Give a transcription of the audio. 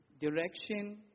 direction